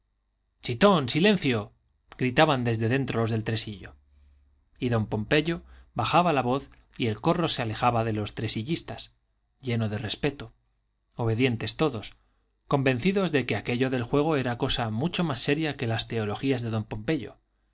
si chitón silencio gritaban desde dentro los del tresillo y don pompeyo bajaba la voz y el corro se alejaba de los tresillistas lleno de respeto obedientes todos convencidos de que aquello del juego era cosa mucho más seria que las teologías de don pompeyo